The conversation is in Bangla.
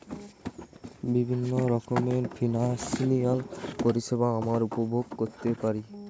বিভিন্ন রকমের ফিনান্সিয়াল পরিষেবা আমরা উপভোগ করতে পারি